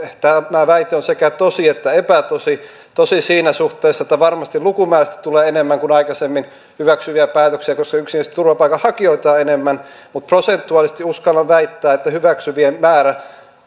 tämä väite on sekä tosi että epätosi tosi siinä suhteessa että varmasti lukumääräisesti tulee enemmän kuin aikaisemmin hyväksyviä päätöksiä koska yksinkertaisesti turvapaikanhakijoita on enemmän mutta prosentuaalisesti uskallan väittää että hyväksyvien määrä